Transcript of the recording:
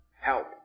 help